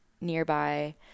nearby